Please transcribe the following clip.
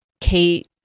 Kate